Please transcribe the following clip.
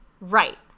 Right